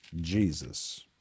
Jesus